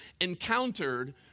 encountered